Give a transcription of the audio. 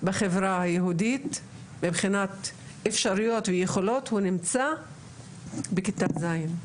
בחברה היהודית מבחינת אפשרויות ויכולות הוא נמצא בכיתה ז'.